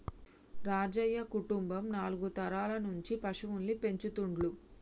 రాజయ్య కుటుంబం నాలుగు తరాల నుంచి పశువుల్ని పెంచుతుండ్లు